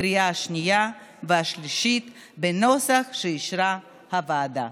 בקריאה השנייה והשלישית בנוסח שאישרה הוועדה.